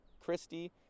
Christy